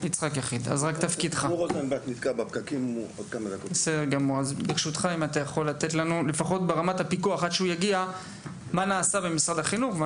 אם תוכל ברשותך לתת לנו קצת רקע על מה שנעשה במשרד בנושא הפיקוח,